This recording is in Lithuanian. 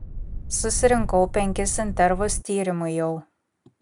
susirinkau penkis intervus tyrimui jau